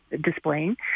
displaying